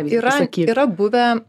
yra yra buvę